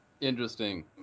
Interesting